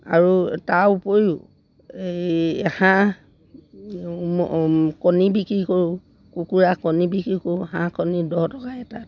আৰু তাৰ উপৰিও এই হাঁহ কণী বিক্ৰী কৰোঁ কুকুৰা কণী বিক্ৰী কৰোঁ হাঁহ কণী দহ টকাকৈ পায়